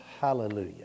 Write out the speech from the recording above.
hallelujah